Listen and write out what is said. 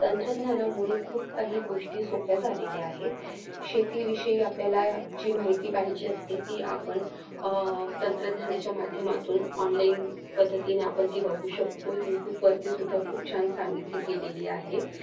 तंत्रज्ञानामुळे खूप काही गोष्टी सोप्या झालेल्या आहेत शेतीविषयी आपल्याला जी माहिती पाहिजे असते ती आपण तंत्रज्ञानाच्या माध्यमातून ऑनलाईन पद्धतीने आपण ती बघू शकतो यूट्यूबवरती सुद्धा खूप छान सांगितली गेलेली आहे